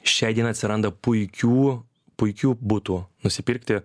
šiai dienai atsiranda puikių puikių butų nusipirkti